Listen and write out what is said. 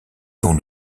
dont